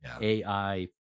AI